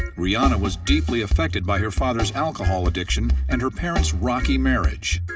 rihanna was deeply affected by her father's alcohol addiction and her parents' rocky marriage.